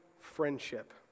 friendship